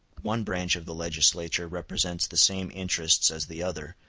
one branch of the legislature represents the same interests as the other,